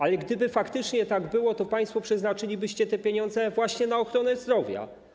Ale gdyby faktycznie tak było, to państwo przeznaczylibyście te pieniądze właśnie na ochronę zdrowia.